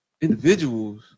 individuals